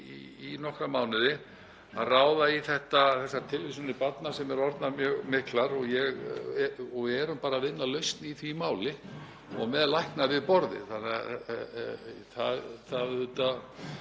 í nokkra mánuði að ráða í þessar tilvísanir barna sem eru orðnar mjög miklar og erum bara að vinna að lausn í því máli og með lækna við borðið. Auðvitað